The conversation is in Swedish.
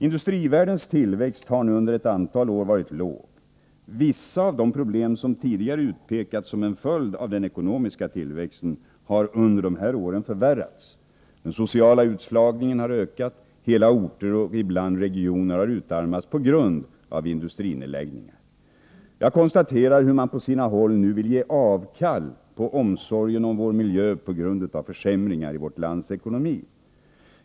Industrivärldens tillväxt har nu under ett antal år varit låg. Vissa av de problem som tidigare har utpekats som en följd av den ekonomiska tillväxten har under dessa år förvärrats. Den sociala utslagningen har ökat, hela orter och ibland hela regioner har utarmats på grund av industrinedläggningar. Jag konstaterar hur man på sina håll nu vill avstå från omsorgen om vår miljö på grund av försämringar i vårt lands ekonomi.